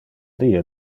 die